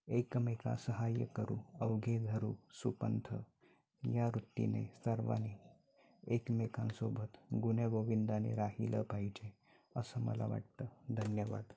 एकमेका सहाय्य करू अवघे धरू सुपंथ या वृत्तीने सर्वाने एकमेकांसोबत गुण्यागोविंदाने राहिलं पाहिजे असं मला वाटतं धन्यवाद